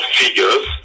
figures